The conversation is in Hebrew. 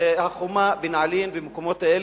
החומה בנעלין ובמקומות האלה,